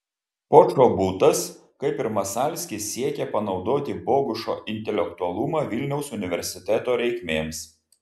počobutas kaip ir masalskis siekė panaudoti bogušo intelektualumą vilniaus universiteto reikmėms